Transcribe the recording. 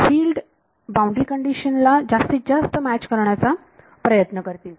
field boundary condition ला जास्तीत जास्त मॅच करण्याचा प्रयत्न करतील